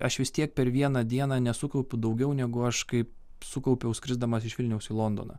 aš vis tiek per vieną dieną nesukaupiu daugiau negu aš kai sukaupiau skrisdamas iš vilniaus į londoną